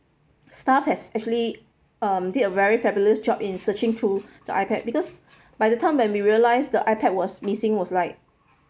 staff has actually um did a very fabulous job in searching through the ipad because by the time when we realize the ipad was missing was like